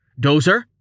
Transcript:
dozer